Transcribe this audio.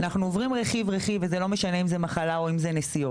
אנחנו עוברים רכיב רכיב וזה לא משנה אם זה מחלה או אם זה נסיעות.